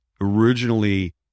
originally